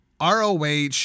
ROH